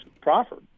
proffered